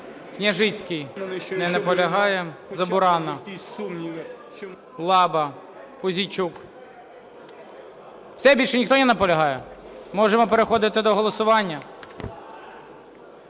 Княжчицький. Не наполягає. Забуранна. Лаба. Пузійчук. Все? Більше ніхто не наполягає? Можемо переходити до голосування?